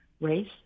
race